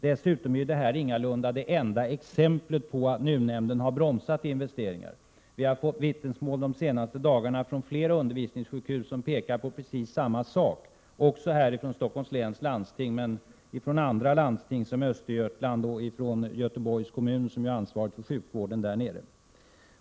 Dessutom är detta ingalunda det enda exemplet på att NUU-nämnden har bromsat investeringar. Vi har under de senaste dagarna fått vittnesmål från flera undervisningsjukhus som pekar i precis samma riktning, inte bara från Stockholms läns landsting utan också från Östergötlands läns landsting och från Göteborgs kommun, som ansvarar för sjukvården inom sitt område.